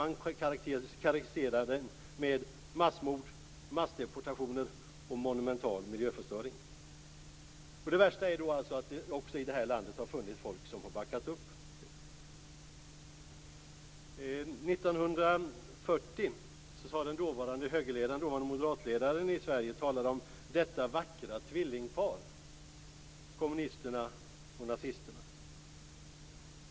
Det kan stå för massmord, massdeportationer och momumental miljöförstöring. Det värsta är att det också i det här landet har funnits folk som har backat upp detta. År 1940 talade den dåvarande högerledaren i Sverige om detta vackra tvillingpar, kommunisterna och nazisterna.